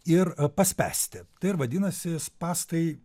ir paspęsti tai ir vadinasi spąstai